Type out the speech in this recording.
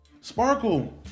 Sparkle